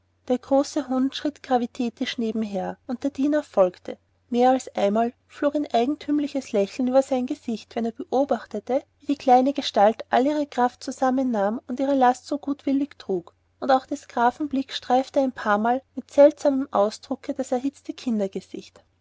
der große hund schritt gravitätisch nebenher und der diener folgte mehr als einmal flog ein eigentümliches lächeln über sein gesicht wenn er beobachtete wie die kleine gestalt all ihre kraft zusammennahm und ihre last so gutwillig trug und auch des grafen blick streifte ein paarmal mit seltsamem ausdrucke das erhitzte